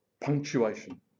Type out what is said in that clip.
punctuation